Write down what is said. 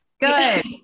Good